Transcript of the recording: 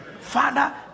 Father